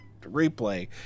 replay